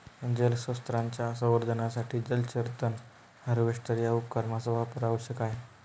जलस्रोतांच्या संवर्धनासाठी जलचर तण हार्वेस्टर या उपकरणाचा वापर आवश्यक आहे